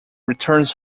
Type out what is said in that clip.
returns